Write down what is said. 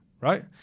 right